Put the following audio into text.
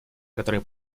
которое